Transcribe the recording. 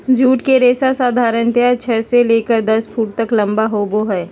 jute के रेशा साधारणतया छह से लेकर दस फुट तक लम्बा होबो हइ